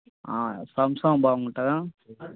Samsung బాగుంటుందా